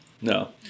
No